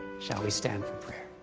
shall we stand for prayer?